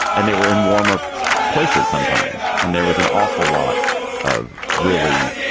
and they were in warmer places sometimes. and there was an awful lot of really,